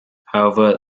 however